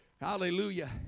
Hallelujah